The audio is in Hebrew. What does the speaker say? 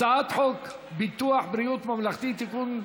הצעת חוק ביטוח בריאות ממלכתי (תיקון,